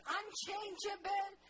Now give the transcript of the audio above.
unchangeable